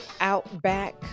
Outback